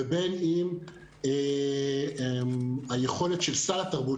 ובין אם היכולת של סל התרבות,